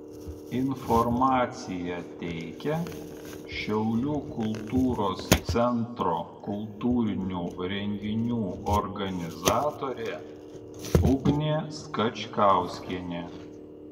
informaciją teikia šiaulių kultūros centro kultūrinių renginių organizatorė ugnė skačkauskienė